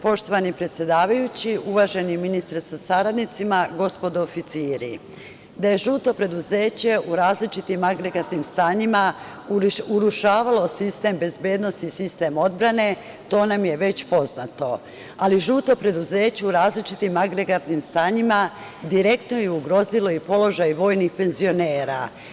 Poštovani predsedavajući, uvaženi ministre sa saradnicima, gospodo oficiri, da je žuto preduzeće u različitim agregatnim stanjima urušavalo sistem bezbednosti, sistem odbrane, to nam je već poznato, ali žuto preduzeće u različitim agregatnim stanjima direktno je ugrozilo i položaj vojnih penzionera.